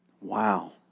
Wow